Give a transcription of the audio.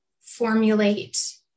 formulate